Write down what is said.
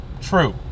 True